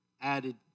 added